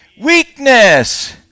weakness